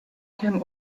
came